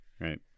right